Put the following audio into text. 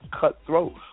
cutthroat